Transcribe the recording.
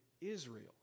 Israel